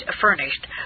furnished